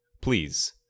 please